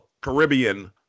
Caribbean